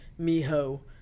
Miho